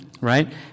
right